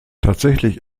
tatsächlich